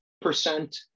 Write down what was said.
percent